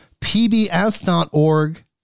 pbs.org